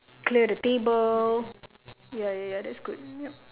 clear the table ya ya ya that's good